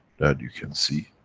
that you can see.